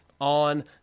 on